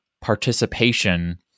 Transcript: participation